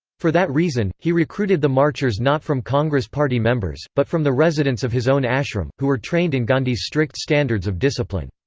for that reason, he recruited the marchers not from congress party members, but from the residents of his own ashram, who were trained in gandhi's strict standards of discipline.